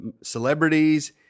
celebrities